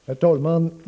Herr talman!